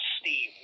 Steve